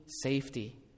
safety